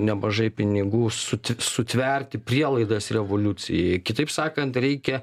nemažai pinigų sut sutverti prielaidas revoliucijai kitaip sakant reikia